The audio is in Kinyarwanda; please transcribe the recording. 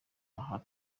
aho